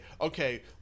okay